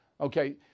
Okay